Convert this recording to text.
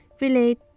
relate